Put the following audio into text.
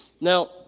Now